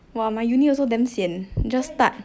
!wah! my uni also damn sian just start